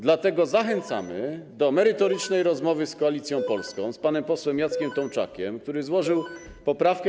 Dlatego zachęcamy do merytorycznej rozmowy z Koalicją Polską, z panem posłem Jackiem Tomczakiem, który złożył poprawkę.